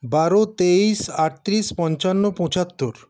বারো তেইশ আটত্রিশ পঞ্চান্ন পঁচাত্তর